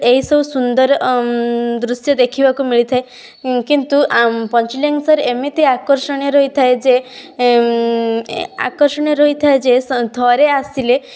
ଏହିସବୁ ସୁନ୍ଦର ଦୃଶ୍ୟ ଦେଖିବାକୁ ମିଳିଥାଏ କିନ୍ତୁ ପଞ୍ଚଲିଙ୍ଗେଶ୍ୱର ଏମିତି ଆକର୍ଷଣ ରହିଥାଏ ଯେ ଆକର୍ଷଣ ରହିଥାଏ ଯେ ଥରେ ଆସିଲେ